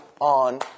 on